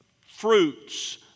fruits